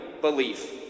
belief